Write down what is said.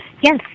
Yes